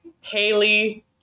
Haley